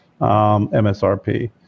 MSRP